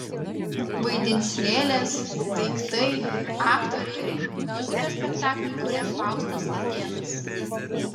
vaidins lėlės daiktai aktoriai muziką spektakliui kuria faustas latėnas